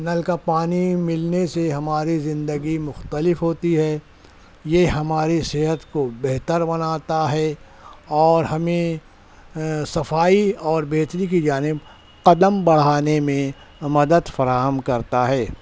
نل کا پانی ملنے سے ہماری زندگی مختلف ہوتی ہے یہ ہماری صحت کو بہتر بناتا ہے اور ہمیں صفائی اور بہتری کی جانب قدم بڑھانے میں مدد فراہم کرتا ہے